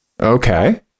Okay